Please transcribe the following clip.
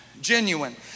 Genuine